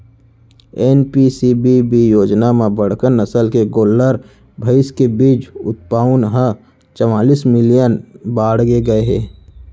NPCBB योजना म बड़का नसल के गोल्लर, भईंस के बीज उत्पाउन ह चवालिस मिलियन बाड़गे गए हे